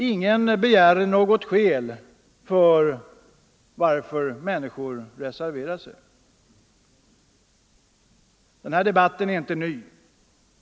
Ingen begär något skäl när medlemmar reserverar sig Den här debatten är inte ny.